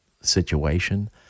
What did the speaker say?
situation